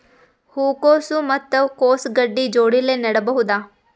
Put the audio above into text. ಹೂ ಕೊಸು ಮತ್ ಕೊಸ ಗಡ್ಡಿ ಜೋಡಿಲ್ಲೆ ನೇಡಬಹ್ದ?